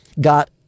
got